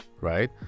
right